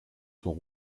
sont